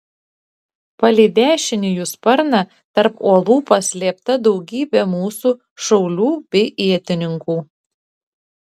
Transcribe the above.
palei dešinį jų sparną tarp uolų paslėpta daugybė mūsų šaulių bei ietininkų